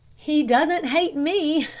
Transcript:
he doesn't hate me,